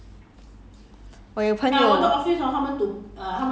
现在新加坡人没有没有 bubble tea 会死掉